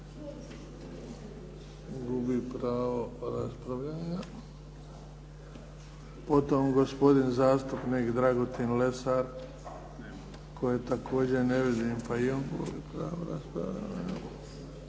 gubi pravo raspravljanja. Potom gospodin zastupnik Dragutin Lesar kojeg također ne vidim pa i on gubi pravo raspravljanja.